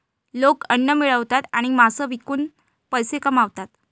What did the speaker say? लोक अन्न मिळवतात आणि मांस विकून पैसे कमवतात